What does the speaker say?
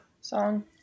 song